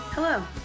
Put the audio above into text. Hello